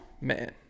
man